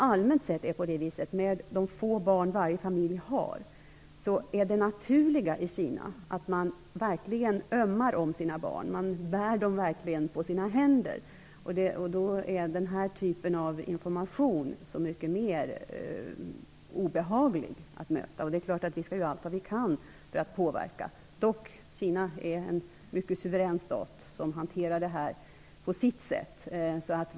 Allmänt sett är det med de få barn som varje familj har det naturliga i Kina att man verkligen ömmar om sina barn. Man bär dem verkligen på sina händer. Då är den här typen av information så mycket mer obehaglig att möta. Det är klart att vi gör allt vad vi kan för att påverka. Dock är Kina en mycket suverän stat som hanterar detta på sitt sätt.